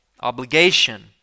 obligation